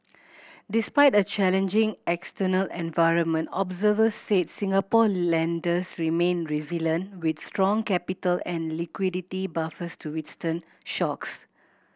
despite a challenging external environment observers said Singapore lenders remain resilient with strong capital and liquidity buffers to withstand shocks